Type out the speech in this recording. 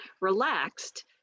relaxed